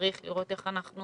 צריך לראות איך אנחנו